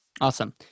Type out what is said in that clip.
Awesome